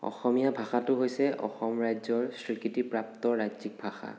অসমীয়া ভাষাটো হৈছে অসম ৰাজ্য়ৰ স্ৱীকৃতিপ্ৰাপ্ত ৰাজ্য়িক ভাষা